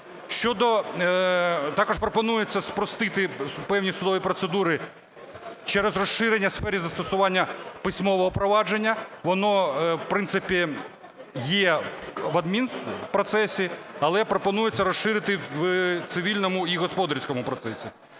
Також пропонується спростити певні судові процедури через розширення сфери застосування письмового провадження. Воно, в принципі, є в адмінпроцесі, але пропонується розширити в цивільному і господарському процесах.